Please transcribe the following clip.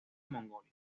mongolia